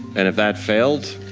and if that failed,